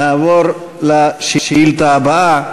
נעבור לשאילתה הבאה,